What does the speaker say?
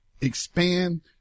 expand